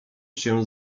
się